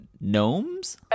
gnomes